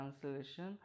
translation